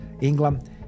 England